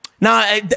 Now